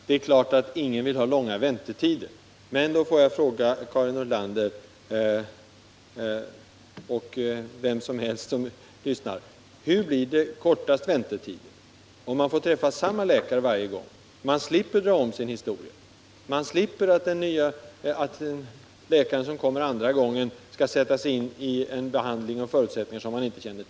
Herr talman! Det är klart att ingen vill ha långa väntetider. Men låt mig fråga Karin Nordlander och andra som lyssnar: Hur åstadkommer man kortaste möjliga väntetider? Gör man inte det genom att patienterna får träffa samma läkare vid varje sjukbesök och alltså slipper dra sin sjukdomshistoria för en annan läkare, som då måste sätta sig in i den behandling och de förutsättningar som gäller?